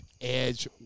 Edge